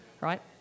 right